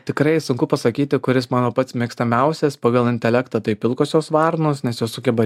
tikrai sunku pasakyti kuris mano pats mėgstamiausias pagal intelektą tai pilkosios varnos nes jos sugeba